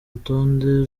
rutonde